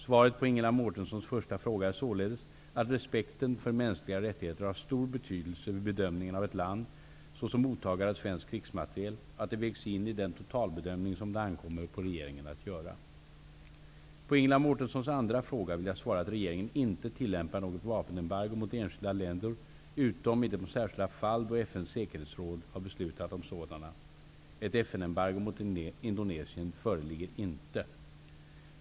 Svaret på Ingela Mårtenssons första fråga är således att respekten för mänskliga rättigheter har stor betydelse vid bedömningen av ett land såsom mottagare av svensk krigsmateriel och att det vägs in i den totalbedömning som det ankommer på regeringen att göra. På Ingela Mårtenssons andra fråga vill jag svara att regeringen inte tillämpar något vapenembargo mot enskilda länder utom i de särskilda fall då FN:s säkerhetsråd har beslutat om sådana. Ett FN embargo mot Indonesien föreligger inte.